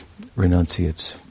renunciates